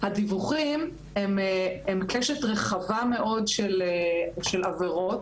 הדיווחים הם קשת רחבה מאוד של עבירות,